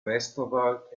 westerwald